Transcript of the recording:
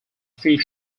few